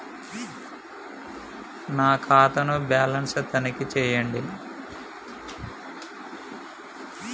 నా ఖాతా ను బ్యాలన్స్ తనిఖీ చేయండి?